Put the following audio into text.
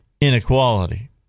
inequality